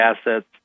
assets